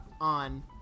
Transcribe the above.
on